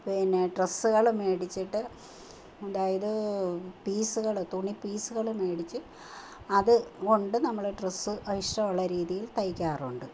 പിന്നെ ഡ്രസ്സുകൾ മേടിച്ചിട്ട് അതായത് പീസുകൾ തുണി പീസുകൾ മേടിച്ച് അതുകൊണ്ട് നമ്മൾ ഡ്രസ്സ് ഇഷ്ടമുള്ള രീതിയിൽ തയ്ക്കാറുണ്ട്